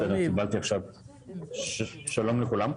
שלום לכולם.